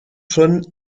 són